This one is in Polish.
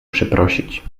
przeprosić